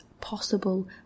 possible